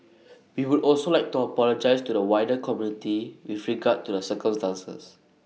we would also like to apologise to the wider community with regard to the circumstances